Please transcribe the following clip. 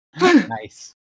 Nice